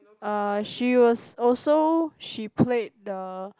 uh she was also she played the